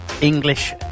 English